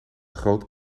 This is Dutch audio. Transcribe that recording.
groot